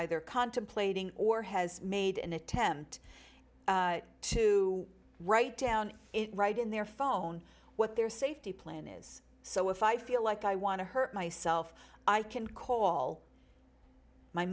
either contemplating or has made an attempt to write down right in their phone what their safety plan is so if i feel like i want to hurt myself i can call my